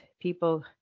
people